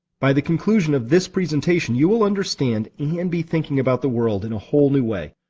by the conclusion of this presentation, you will understand and be thinking about the world in a whole new way.